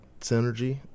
synergy